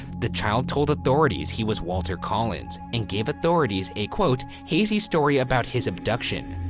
the child told authorities he was walter collins and gave authorities a quote, hazy story about his abduction,